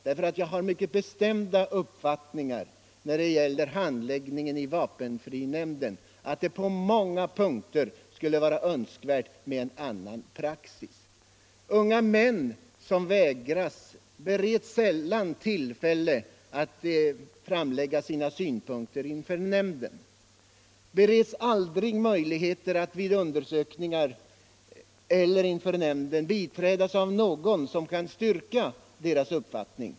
När det gäller handläggningen i vapenfrinämnden har jag den mycket bestämda uppfattningen att det på många punkter skulle vara önskvärt med en annan praxis. Unga män som vägrats vapenfri tjänst bereds sällan tillfälle att framlägga sina synpunkter inför nämnden, bereds aldrig möjlighet att vid undersökningar eller inför nämnden biträdas av någon som kan styrka deras uppfattning.